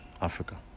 Africa